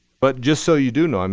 but just so you do know, um